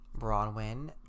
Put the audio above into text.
Bronwyn